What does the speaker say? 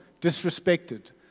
disrespected